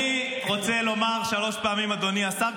אני רוצה לומר שלוש פעמים "אדוני השר",